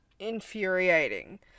Infuriating